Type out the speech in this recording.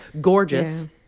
Gorgeous